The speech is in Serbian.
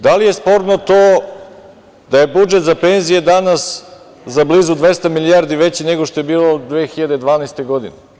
Da li je sporno to da je budžet za penzije danas za blizu 200 milijardi veći nego što je bio 2012. godine?